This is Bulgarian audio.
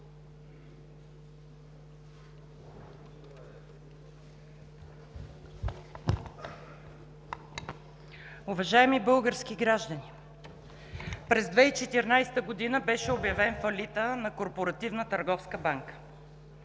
Уважаеми български граждани, през 2014 г. беше обявен фалитът на Корпоративна търговска банка.